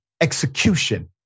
execution